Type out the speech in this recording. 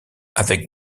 avec